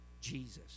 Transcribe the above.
Jesus